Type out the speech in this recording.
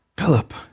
Philip